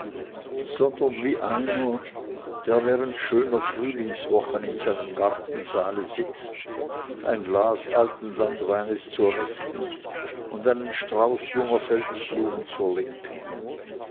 sondern wie einer der während schöner frühlingswochen in seinem gartensaale sitzt ein glas alten landweines zur rechten und einen strauß jünger feldblumen zur linken